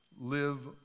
live